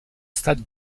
stade